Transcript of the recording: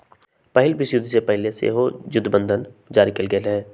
पहिल विश्वयुद्ध से पहिले सेहो जुद्ध बंधन जारी कयल गेल हइ